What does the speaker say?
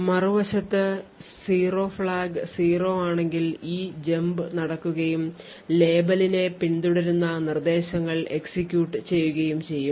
മറുവശത്ത് zero flag 0 ആണെങ്കിൽ ഈ ജമ്പ് നടക്കുകയും ലേബലിനെ പിന്തുടരുന്ന നിർദ്ദേശങ്ങൾ execute ചെയ്യുകയും ചെയ്യും